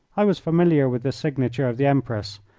i was familiar with the signature of the empress,